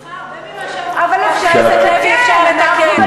סליחה, הרבה ממה שאמרה, אבל אפשר לנסות לתקן,